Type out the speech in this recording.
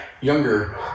Younger